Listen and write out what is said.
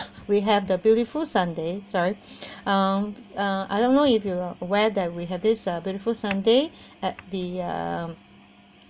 we have the beautiful sunday sorry um um I don't know if you are aware that we have this uh beautiful sunday at the um